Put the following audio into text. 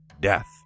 death